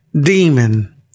demon